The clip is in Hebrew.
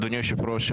אדוני היושב ראש,